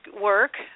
work